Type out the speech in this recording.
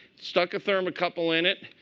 stuck a thermocouple in it,